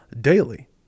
daily